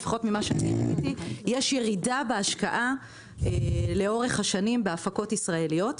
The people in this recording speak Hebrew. ולפחות ממה שאני ראיתי יש ירידה בהשקעה לאורך השנים בהפקות ישראליות.